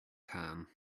tan